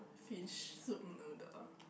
fish soup noodle